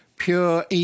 Pure